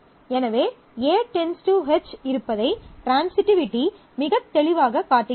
எனவே A → H இருப்பதை transitivity மிகத் தெளிவாகக் காட்டுகிறது